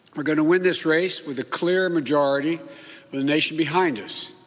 we're going to win this race with a clear majority but the nation behind us.